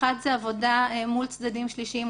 אחד זה עבודה מול צדדים שלישיים,